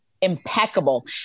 impeccable